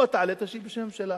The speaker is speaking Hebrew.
בוא, תעלה, תשיב בשם הממשלה.